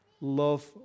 Love